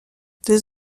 deux